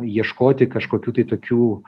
ieškoti kažkokių tai tokių